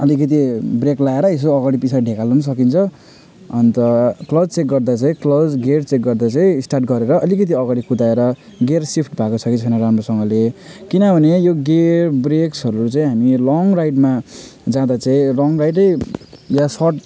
अलिकिति ब्रेक लगाएर यसो अगाडि पछाडि ढेकल्नु सकिन्छ अन्त क्लच चेक गर्दा चाहिँ क्लच गियर चेक गर्दा चाहिँ स्टार्ट गरेर अलिकिति अगाडि कुदाएर गियर सिफ्ट भएको छ कि छैन राम्रोसँगले किनभने यो गियर ब्रेक्सहरू चाहिँ हामी लङ राइडमा जाँदा चाहिँ लङ राइडै वा सर्ट